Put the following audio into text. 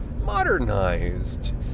modernized